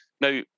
Now